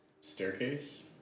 Staircase